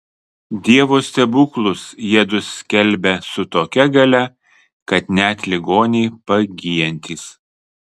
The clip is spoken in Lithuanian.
dievo stebuklus jiedu skelbią su tokia galia kad net ligoniai pagyjantys